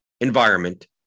environment